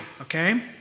okay